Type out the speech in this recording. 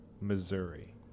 Missouri